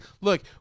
Look